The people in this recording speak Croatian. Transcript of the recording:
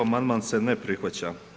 Amandman se ne prihvaća.